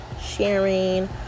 sharing